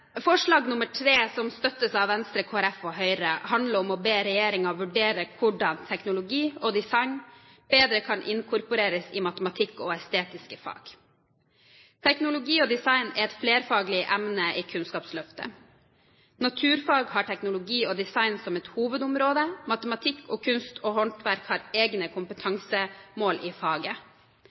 Forslag III, som støttes av Venstre, Kristelig Folkeparti og Høyre, handler om å be regjeringen vurdere hvordan teknologi og design bedre kan inkorporeres i matematikk og estetiske fag. Teknologi og design er et flerfaglig emne i Kunnskapsløftet. Naturfag har teknologi og design som et hovedområde, matematikk og kunst og håndverk har egne kompetansemål i faget.